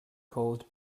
caused